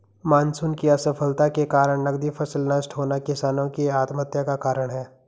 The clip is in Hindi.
मानसून की असफलता के कारण नकदी फसल नष्ट होना किसानो की आत्महत्या का कारण है